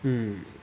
mm